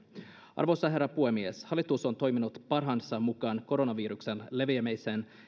arvoisa herra puhemies hallitus on toiminut parhaansa mukaan koronaviruksen leviämisen